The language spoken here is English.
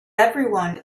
everyone